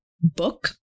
book